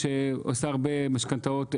שעושה הרבה משכנתאות,